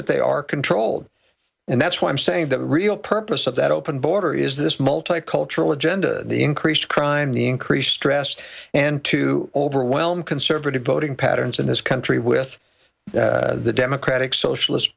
that they are controlled and that's why i'm saying that the real purpose of that open border is this multicultural agenda the increased crime the increased stress and to overwhelm conservative voting patterns in this country with the democratic socialist